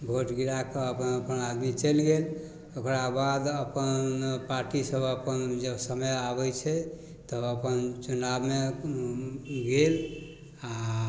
vote गिराकऽ अपन अपन आदमी चलि गेल ओकरा बाद अपन पार्टीसब अपन जब समय आबै छै तब अपन चुनावमे गेल आओर